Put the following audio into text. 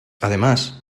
además